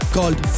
called